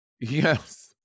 Yes